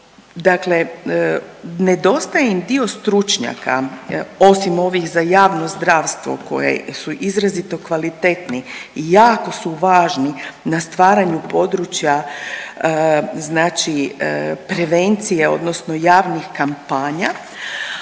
Dakle, nedostaje im dio stručnjaka, osim ovih za javno zdravstvo koje su izrazito kvalitetni i jako su važni na stvaranju područja znači prevencije odnosno javnih kampanja,